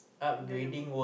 none of all